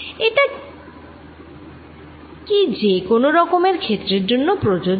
এট কি যে কোন রকমের ক্ষেত্রের জন্য প্রযোজ্য